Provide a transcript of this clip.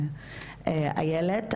איילת,